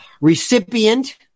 recipient